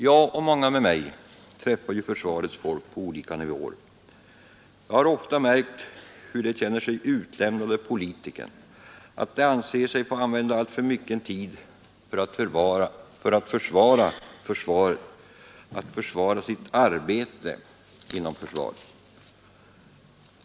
Jag och många med mig träffar ju försvarets folk på olika nivåer. Jag har ofta märkt att de känner sig utlämnade av politikerna, att de anser sig få använda alltför mycken tid för att försvara försvaret och sitt arbete inom försvaret.